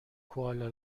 کوالا